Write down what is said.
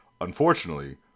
Unfortunately